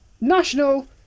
National